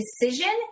decision